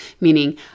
Meaning